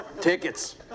tickets